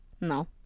No